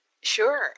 Sure